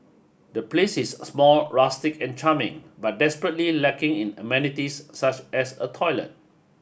the place is small rustic and charming but desperately lacking in amenities such as a toilet